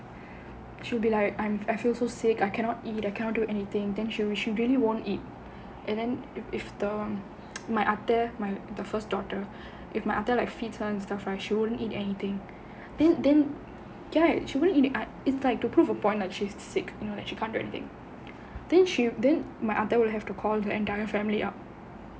she will be like I I feel so sick I cannot eat I cannot do anything then she will she really won't eat and then if if the my athai her first daughter if my other like athai she won't eat anything ya then then she wouldn't eat it it's like to prove a point that she's sick you know like she can't do anything then she then my athai will have to call her entire family up